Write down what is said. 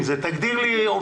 תגדיר לי מה אתם